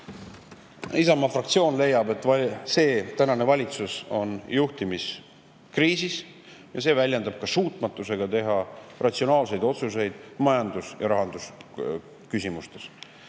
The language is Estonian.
Isamaa fraktsioon leiab, et tänane valitsus on juhtimiskriisis ja see väljendub suutmatuses teha ratsionaalseid otsuseid majandus- ja rahandusküsimustes.